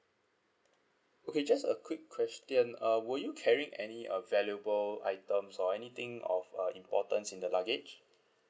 okay just a quick question uh were you carrying any uh valuable items or anything of uh importance in the luggage